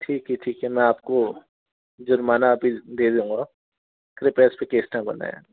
ठीक है ठीक है मैं आपको जुर्माना अभी आपको दे दूंगा कृपया इस पर केस न बनाएँ